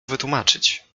wytłumaczyć